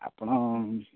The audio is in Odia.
ଆପଣ